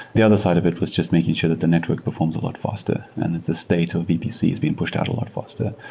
the other side of it was just making sure that the network performs a lot faster and at the state of vpcs being pushed out a lot faster.